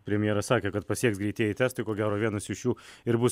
premjeras sakė kad pasieks greitieji testai ko gero vienas iš jų ir bus